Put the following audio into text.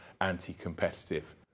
anti-competitive